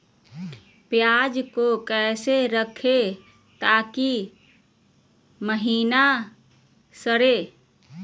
प्याज को कैसे रखे ताकि महिना सड़े?